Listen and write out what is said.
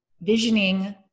visioning